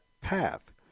path